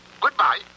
Goodbye